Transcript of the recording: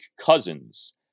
Cousins